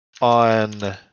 on